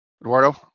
Eduardo